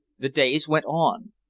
the days went on.